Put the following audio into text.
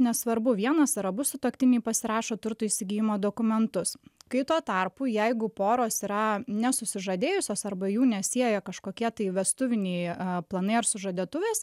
nesvarbu vienas ar abu sutuoktiniai pasirašo turto įsigijimo dokumentus kai tuo tarpu jeigu poros yra nesusižadėjusios arba jų nesieja kažkokie tai vestuviniai planai ar sužadėtuvės